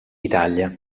italia